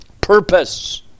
purpose